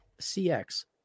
cx